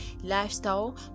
lifestyle